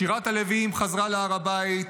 שירת הלוויים חזרה להר הבית,